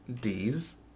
D's